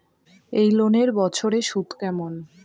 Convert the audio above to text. এই লোনের বছরে সুদ কেমন?